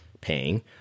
Paying